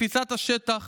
לתפיסת השטח